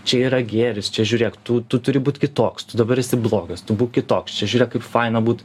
čia yra gėris čia žiūrėk tu tu turi būt kitoks tu dabar esi blogas tu būk kitoks čia žiūrėk kaip faina būt